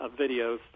videos